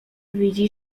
widzi